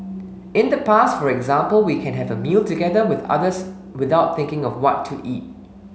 in the past for example we can have a meal together with others without thinking of what to eat